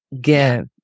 Give